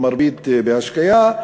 הרוב בהשקיה.